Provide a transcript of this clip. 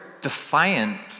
defiant